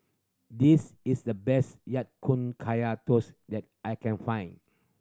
this is the best Ya Kun Kaya Toast that I can find